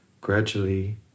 gradually